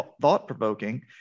thought-provoking